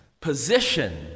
position